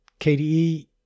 KDE